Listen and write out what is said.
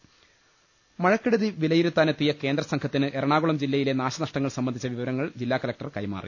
ലലലലലലലലലലലലല മഴക്കെടുതി വിലയിരുത്താനെത്തിയ കേന്ദ്ര സംഘത്തിന് എറണാകുളം ജില്ലയിലെ നാശനഷ്ടങ്ങൾ സംബന്ധിച്ച വിവരങ്ങൾ ജില്ലാ കലക്ടർ കൈമാറി